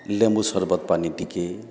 ଲେମ୍ବୁ ସରବତ୍ ପାନି ଟିକେ